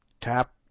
tap